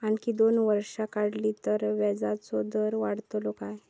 आणखी दोन वर्षा वाढली तर व्याजाचो दर वाढतलो काय?